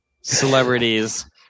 celebrities